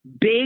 Big